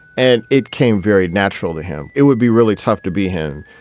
and it came very natural to him. it would be really tough to be him.